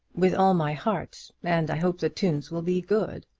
with all my heart and i hope the tunes will be good.